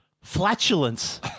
flatulence